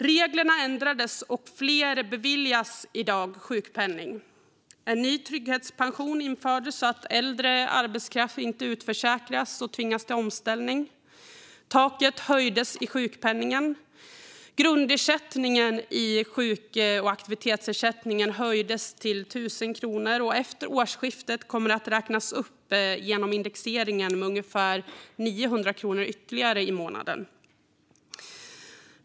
Reglerna ändrades, och i dag beviljas fler sjukpenning. En ny trygghetspension infördes så att äldre arbetskraft inte utförsäkras och tvingas till omställning. Taket i sjukpenningen höjdes. Grundersättningen i sjuk och aktivitetsersättningen höjdes med 1 000 kronor, och efter årsskiftet kommer den att räknas upp genom indexering med ytterligare ungefär 900 kronor i månaden.